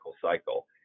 cycle